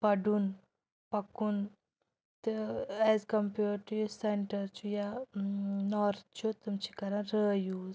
پَڑُن پَکُن تہٕ as compared to یُس سیٚنٛٹَر چھُ یا نارٕتھ چھُ تِم چھِ کَران رٲ یوٗز